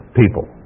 people